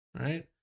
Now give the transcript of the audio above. Right